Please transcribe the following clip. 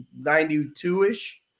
92-ish